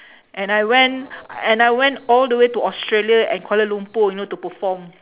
and I went and I went all the way to australia and kuala-lumpur you know to perform